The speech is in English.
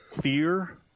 fear